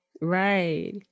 right